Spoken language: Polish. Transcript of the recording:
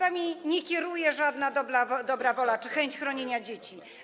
Wami nie kieruje żadna dobra wola czy chęć chronienia dzieci.